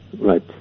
right